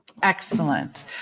Excellent